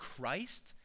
Christ